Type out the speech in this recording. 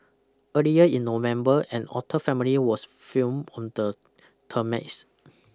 earlier in November an otter family was filmed on the